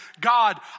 God